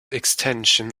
extension